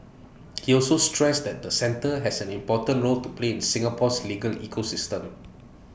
he also stressed that the centre has an important role to play in Singapore's legal ecosystem